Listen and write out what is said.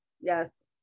yes